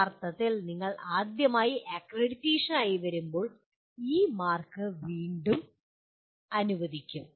യഥാർത്ഥത്തിൽ നിങ്ങൾ ആദ്യമായി അക്രഡിറ്റേഷനായി വരുമ്പോൾ ഈ മാർക്ക് വീണ്ടും അനുവദിക്കും